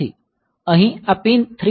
અહીં આ પીન 3